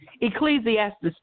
Ecclesiastes